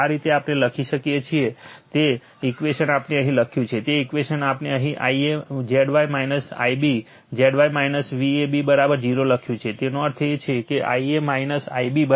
આ રીતે આપણે લખી શકીએ કે તે ઇક્વેશન આપણે અહીં લખ્યું છે તે ઇક્વેશન આપણે અહીં Ia Zy Ib Zy Vab 0 લખ્યું છે તેનો અર્થ Ia Ib VabZy છે